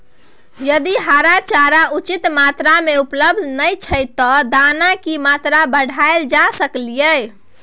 यदि हरा चारा उचित मात्रा में उपलब्ध नय छै ते दाना की मात्रा बढायल जा सकलिए?